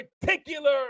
particular